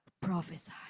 Prophesy